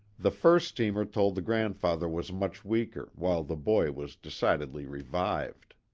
the first steamer told the grandfather was much weaker, while the boy was decidedly revived.